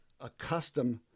accustomed